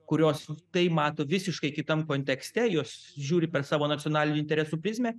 kurios tai mato visiškai kitam kontekste jos žiūri per savo nacionalinių interesų prizmę